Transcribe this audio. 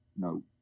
No